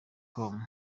com